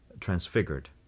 transfigured